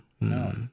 No